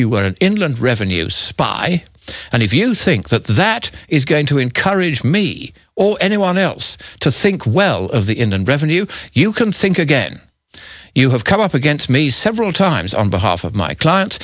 you were an inland revenue spy and if you think that that is going to encourage me or anyone else to think well of the end and revenue you can think again you have come up against me several times on behalf of my client